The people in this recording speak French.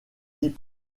vie